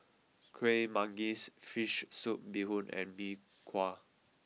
Kuih Manggis Fish Soup Bee Hoon and Mee Kuah